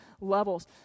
levels